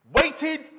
waited